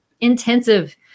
intensive